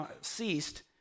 ceased